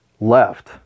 left